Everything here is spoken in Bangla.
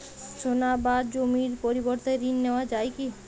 সোনা বা জমির পরিবর্তে ঋণ নেওয়া যায় কী?